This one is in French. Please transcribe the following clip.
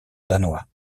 danois